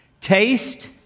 taste